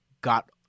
got